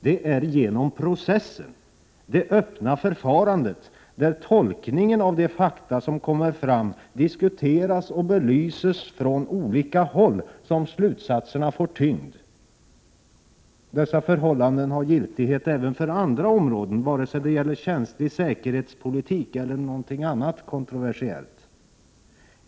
Det är genom processen, det öppna förfarandet där tolkningen av de fakta som kommer fram diskuteras och belyses från olika håll, som slutsatserna får tyngd. Dessa förhållanden har giltighet även för andra områden, vare sig det gäller känslig säkerhetspolitik eller någonting annat kontroversiellt.